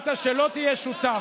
אמרת שלא תהיה שותף,